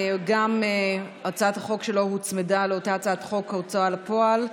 שגם הצעת החוק שלו הוצמדה לאותה הצעת חוק ההוצאה לפועל,